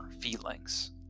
feelings